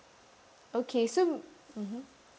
okay so mmhmm